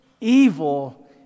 evil